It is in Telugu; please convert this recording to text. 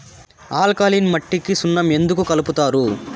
ఆల్కలీన్ మట్టికి సున్నం ఎందుకు కలుపుతారు